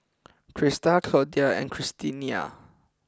Crysta Claudia and Christiana